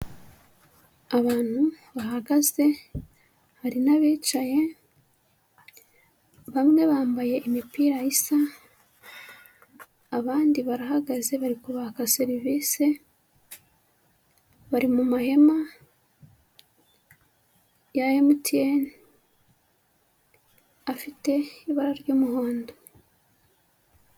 Abantu bahagaze, hari n'abicaye, bamwe bambaye imipira isa, abandi barahagaze bari kubaka serivisi, bari mu mahema ya MTN afite ibara ry'umuhondo.